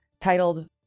titled